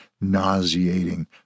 nauseating